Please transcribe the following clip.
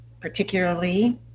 particularly